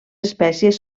espècies